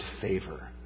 favor